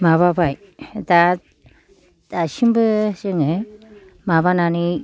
माबाबाय दा दासिमबो जोङो माबानानै